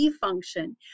function